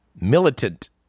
militant